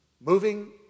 moving